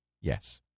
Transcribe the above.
Yes